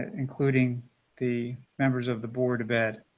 including the members of the board of ed.